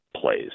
plays